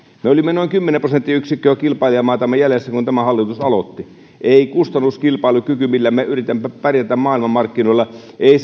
me olimme noin kymmenen prosenttiyksikköä kilpailijamaitamme jäljessä kun tämä hallitus aloitti ei kustannuskilpailukyky millä me yritämme pärjätä maailmanmarkkinoilla